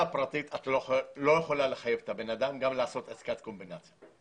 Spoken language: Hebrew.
פרטית את לא יכולה לחייב את הבן אדם לעשות עסקת קומבינציה.